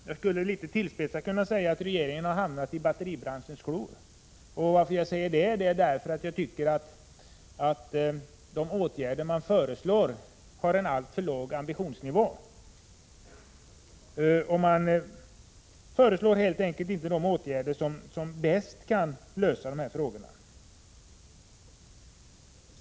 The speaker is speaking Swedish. Jag skulle litet tillspetsat kunna säga att regeringen har hamnat i batteribranschens klor, för jag tycker att de åtgärder som föreslås vittnar om en alltför låg ambitionsnivå. Man föreslår helt enkelt inte de åtgärder som bäst skulle angripa problemet.